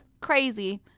Crazy